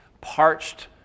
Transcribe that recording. parched